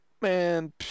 Man